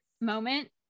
moment